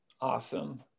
awesome